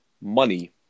money